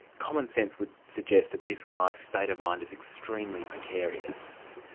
commonsense would suggest that this guy's state of mind is extremely precarious,